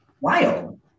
wild